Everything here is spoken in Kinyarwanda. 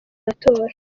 matora